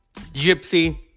Gypsy